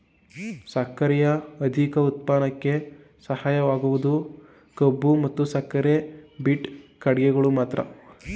ಸಕ್ಕರೆಯ ಅಧಿಕ ಉತ್ಪನ್ನಕ್ಕೆ ಸಹಾಯಕವಾಗುವುದು ಕಬ್ಬು ಮತ್ತು ಸಕ್ಕರೆ ಬೀಟ್ ಗೆಡ್ಡೆಗಳು ಮಾತ್ರ